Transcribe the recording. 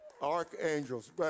Archangels